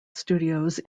studios